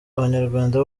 abanyarwanda